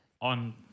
On